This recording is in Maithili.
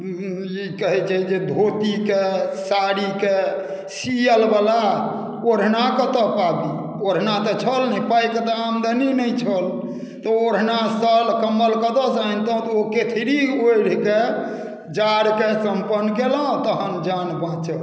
कहैत छै जे धोतीके साड़ीके सिअल बला ओढ़ना कतहुँ से आनी ओढ़ना तऽ छल नहि पाइ कऽ तऽ आमदनी नहि छल तऽ ओढ़ना शौल कम्बल कतहुँ से आनितहुँ तऽ ओ चेथरी ओढ़िके जाढ़के सम्पन्न केलहुंँ तखन जान बाँचल